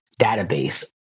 database